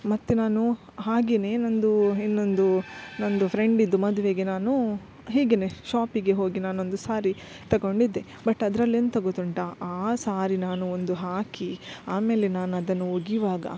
ಮತ್ತು ನಾನು ಹಾಗೇ ನಂದು ಇನ್ನೊಂದು ನಂದು ಫ್ರೆಂಡಿದ್ದು ಮದುವೆಗೆ ನಾನು ಹೀಗೆ ಶಾಪಿಗೆ ಹೋಗಿ ನಾನೊಂದು ಸಾರಿ ತಗೊಂಡಿದ್ದೆ ಬಟ್ ಅದ್ರಲ್ಲೆಂತ ಗೊತ್ತುಂಟ ಆ ಸಾರಿ ನಾನು ಒಂದು ಹಾಕಿ ಆಮೇಲೆ ನಾನು ಅದನ್ನು ಒಗಿವಾಗ